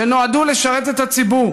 שנועדו לשרת את הציבור.